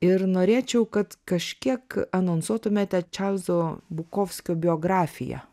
ir norėčiau kad kažkiek anonsuotumėte čarlzo bukovskio biografiją